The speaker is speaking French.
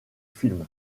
film